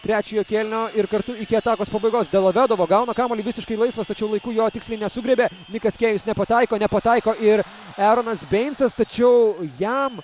trečiojo kėlinio ir kartu iki atakos pabaigos delovedova gauna kamuolį visiškai laisvas tačiau laiku jo tiksliai nesugriebė nikas kėjus nepataiko nepataiko ir eronas beincas tačiau jam